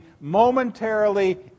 momentarily